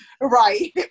right